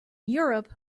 europe